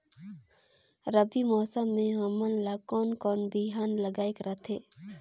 रबी मौसम मे हमन ला कोन कोन बिहान लगायेक रथे?